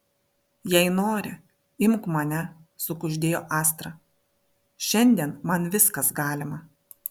jei nori imk mane sukuždėjo astra šiandien man viskas galima